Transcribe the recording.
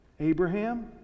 Abraham